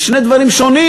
זה שני דברים שונים.